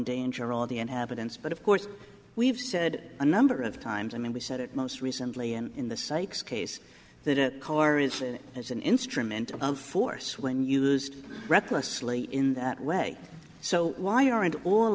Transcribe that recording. endanger all the inhabitants but of course we've said a number of times i mean we said it most recently and in the psychs case that a car is as an instrument of force when used recklessly in that way so why aren't all